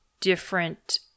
different